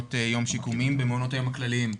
למעונות יום שיקומיים, במעונות הכלליים.